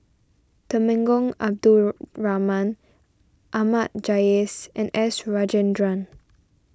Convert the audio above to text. Temenggong Abdul Rahman Ahmad Jais and S Rajendran